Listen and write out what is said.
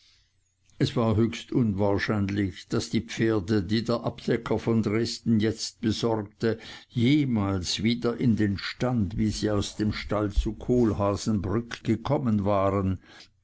es war höchst unwahrscheinlich daß die pferde die der abdecker von dresden jetzt besorgte jemals wieder in den stand wie sie aus dem stall zu kohlhaasenbrück gekommen waren